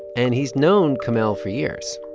and he's known kamel for years.